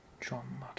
John